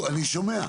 אני שומע.